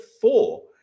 Four